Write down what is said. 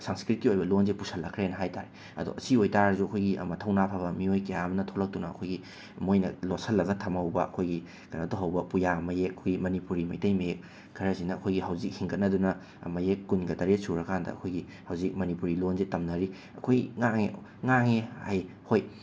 ꯁꯪꯁꯀ꯭ꯔꯤꯠꯀꯤ ꯑꯣꯏꯕ ꯂꯣꯟꯁꯦ ꯄꯨꯁꯤꯜꯂꯛꯈ꯭ꯔꯦ ꯍꯥꯏ ꯇꯥꯔꯦ ꯑꯗꯣ ꯁꯤ ꯑꯣꯏꯕ ꯇꯥꯔꯁꯨ ꯑꯩꯈꯣꯏꯒꯤ ꯃꯊꯧꯅ ꯐꯕ ꯃꯤꯑꯣꯏ ꯀꯌꯥ ꯑꯃꯅ ꯊꯣꯛꯂꯛꯇꯨꯅ ꯑꯩꯈꯣꯏꯒꯤ ꯃꯣꯏꯅ ꯂꯣꯠꯁꯤꯜꯂꯒ ꯊꯝꯍꯧꯕ ꯑꯩꯈꯣꯏꯒꯤ ꯀꯩꯅꯣ ꯇꯧꯍꯧꯕ ꯄꯨꯌꯥ ꯃꯌꯦꯛ ꯑꯩꯈꯣꯏꯒꯤ ꯃꯅꯤꯄꯨꯔꯤ ꯃꯩꯇꯩ ꯃꯌꯦꯛ ꯈꯔꯁꯤꯅ ꯑꯩꯈꯣꯏꯒꯤ ꯍꯧꯖꯤꯛ ꯍꯤꯡꯒꯠꯅꯗꯨꯅ ꯃꯌꯦꯛ ꯀꯨꯟꯒ ꯇꯔꯦꯠ ꯁꯨꯔꯀꯥꯟꯗ ꯑꯩꯈꯣꯏꯒꯤ ꯍꯧꯖꯤꯛ ꯃꯅꯤꯄꯨꯔꯤ ꯂꯣꯟꯁꯤ ꯇꯝꯅꯔꯤ ꯑꯩꯈꯣꯏ ꯉꯥꯡꯉꯦ ꯉꯥꯡꯉꯦ ꯍꯩ ꯍꯣꯏ